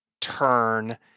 turn